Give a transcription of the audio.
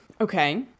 Okay